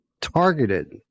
targeted